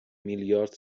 میلیارد